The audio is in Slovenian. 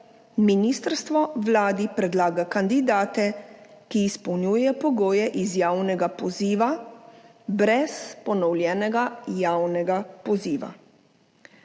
ministrstvo Vladi predlaga kandidate, ki izpolnjujejo pogoje iz javnega poziva, brez ponovljenega javnega poziva.